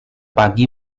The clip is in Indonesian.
pagi